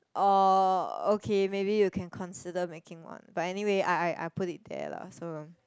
um okay maybe you can consider making one but anyway I I I put it there lah so um